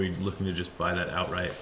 we looking to just buy that out right